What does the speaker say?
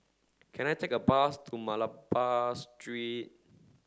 can I take a bus to Malabar Street